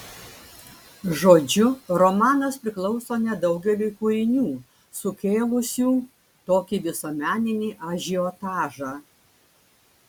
žodžiu romanas priklauso nedaugeliui kūrinių sukėlusių tokį visuomeninį ažiotažą